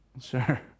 Sure